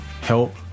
Help